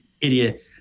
idiot